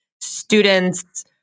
students